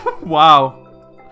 Wow